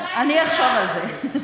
אני אחשוב על זה.